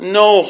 no